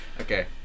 Okay